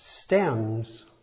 stems